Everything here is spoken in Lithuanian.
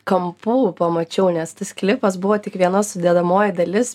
kampų pamačiau nes tas klipas buvo tik viena sudedamoji dalis